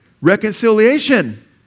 Reconciliation